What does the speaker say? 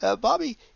bobby